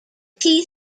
tee